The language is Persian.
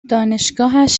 دانشگاهش